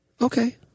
Okay